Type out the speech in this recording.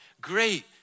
Great